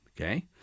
okay